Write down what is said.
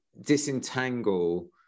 disentangle